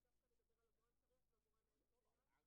עגורן שנותן שירות לבניין, שעובד בבניין.